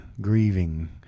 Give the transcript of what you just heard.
grieving